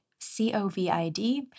COVID